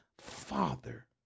father